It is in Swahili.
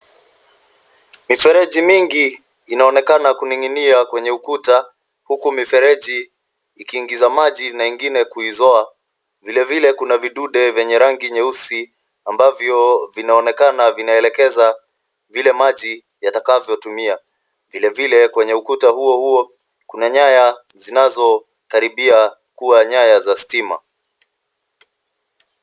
Mifereji mingi inaonekana kuning'inia kwenye ukuta huku mifereji ikiingiza maji na ingine kuizoa. Vilevile kuna vidude vyenye rangi nyeusi ambavyo vinaonekana vinaelekeza vile maji yatakavyotumia. Vilevile kwenye ukuta huo huo kuna nyaya zinazokaribia kuwa nyaya za stima.